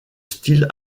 style